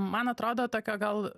man atrodo tokio gal